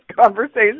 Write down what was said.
conversation